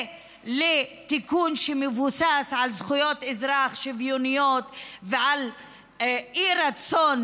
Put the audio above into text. תיקון שמבוסס על זכויות אזרח שוויוניות ועל אי-רצון